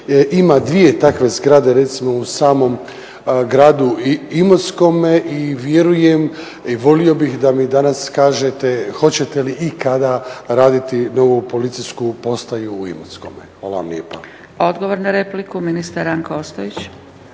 ima dvije takve zgrade recimo u samom gradu Imotskome i vjerujem i volio bih da mi danas kažete hoćete li ikada raditi novu policijsku postaju u Imotskome? Hvala vam lijepa. **Zgrebec, Dragica (SDP)** Odgovor na repliku ministar Ranko Ostojić.